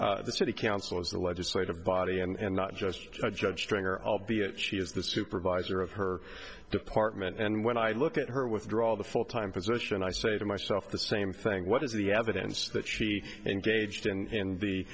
us the city council is the legislative body and not just a judge stringer albeit she is the supervisor of her department and when i look at her withdraw the full time position i say to myself the same thing what is the evidence that she engaged in